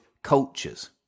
cultures